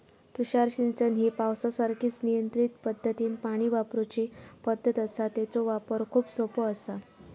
तुषार सिंचन ही पावसासारखीच नियंत्रित पद्धतीनं पाणी वापरूची पद्धत आसा, तेचो वापर खूप सोपो आसा